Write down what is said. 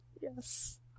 Yes